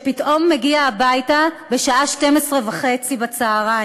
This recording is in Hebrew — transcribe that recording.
קבעה כי התיק נסגר מחוסר